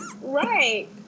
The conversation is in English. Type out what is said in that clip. Right